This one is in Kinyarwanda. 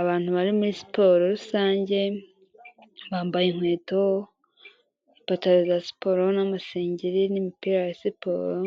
Abantu bari muri siporo rusange bambaye inkweto ipataro za siporo n'amasengeri n'imipira ya siporo,